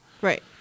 Right